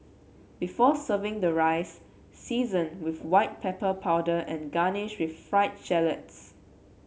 before serving the rice season with white pepper powder and garnish with fried shallots